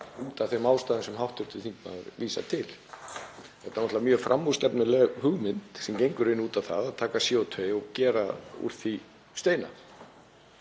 náttúrlega mjög framúrstefnuleg hugmynd sem gengur í raun út á það að taka CO2 og gera úr því steina.